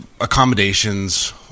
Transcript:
accommodations